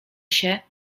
się